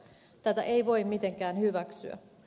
tätä ei voi mitenkään hyväksyä